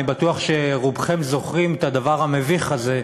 אני בטוח שרובכם זוכרים את הדבר המביך הזה,